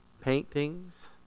paintings